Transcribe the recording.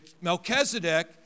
Melchizedek